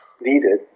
needed